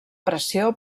pressió